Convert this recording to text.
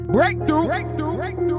Breakthrough